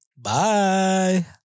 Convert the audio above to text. Bye